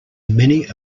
many